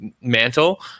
mantle